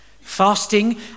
Fasting